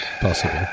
possible